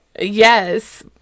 Yes